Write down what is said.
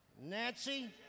Nancy